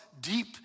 deep